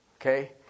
Okay